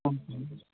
okay